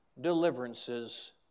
deliverances